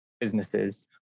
businesses